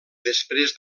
després